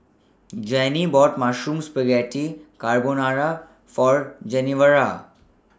Jeannie bought Mushroom Spaghetti Carbonara For Genevra